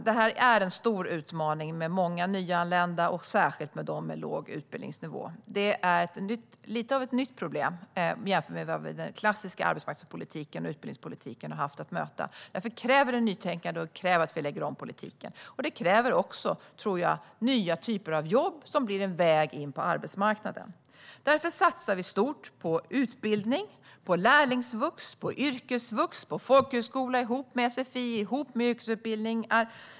Det är en stor utmaning med många nyanlända, och särskilt med dem som har låg utbildningsnivå. Det är lite grann ett nytt problem, jämfört med vad den klassiska arbetsmarknadspolitiken och utbildningspolitiken har haft att möta. Därför krävs det nytänkande, och det krävs att vi lägger om politiken. Jag tror också att det krävs nya typer av jobb som blir en väg in på arbetsmarknaden. Därför satsar vi stort på utbildning - på lärlingsvux, på yrkesvux, på folkhögskola tillsammans med sfi och yrkesutbildningar.